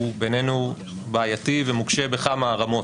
הוא בינינו בעייתי ומקשה בכמה רמות,